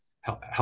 help